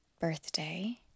birthday